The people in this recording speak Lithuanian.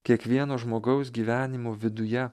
kiekvieno žmogaus gyvenimo viduje